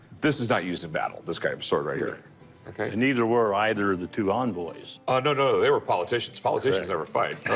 this is not used in battle, this kind of sword right here. jeff ok. and neither were either of the two envoys. oh, no, no, they were politicians. politicians never fight.